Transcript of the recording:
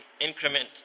increment